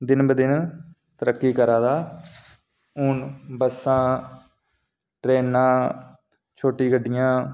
दिन ब दिन तरक्की करै दा हून बस्सां ट्रेन्नां छोटी गड्डियां